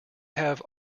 have